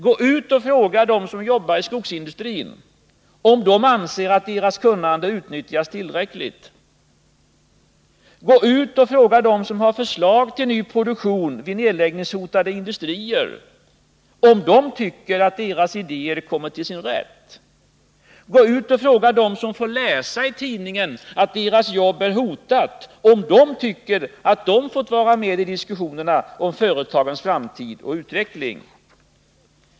Gå ut och fråga dem som jobbar inom skogsindustrin, om de anser att deras kunnande utnyttjas tillräckligt! Gå ut och fråga dem som har förslag till ny produktion vid nedläggningshotade industrier, om de tycker att deras idéer kommer till sin rätt! Gå ut och fråga dem som får läsa i tidningen att deras jobb är hotat, om de tycker att de fått vara med i diskussionerna om företagets framtid och utveckling!